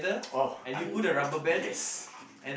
oh I yes